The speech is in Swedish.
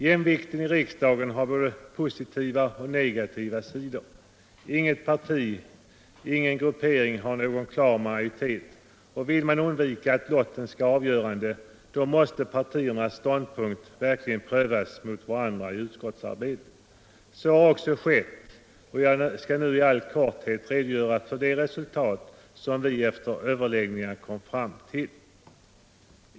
Jämvikten i riksdagen har både positiva och negativa sidor. Inget parti eller gruppering har någon klar majoritet, och vill man undvika att lotten skall fälla avgörandet måste partiernas ståndpunkter verkligen prövas mot varandra i utskottsarbetet. Så har också skett, och jag skall nu i all korthet redogöra för de resultat som vi efter överläggningar kom fram till.